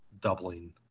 doubling